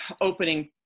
opening